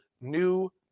new